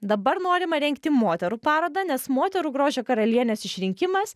dabar norima rengti moterų parodą nes moterų grožio karalienės išrinkimas